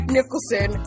Nicholson